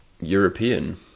European